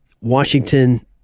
Washington